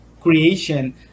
creation